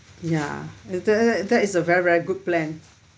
ya that that that that is a very very good plan